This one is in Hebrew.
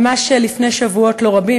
ממש לפני שבועות לא רבים,